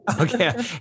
Okay